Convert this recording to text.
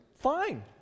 Fine